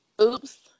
Oops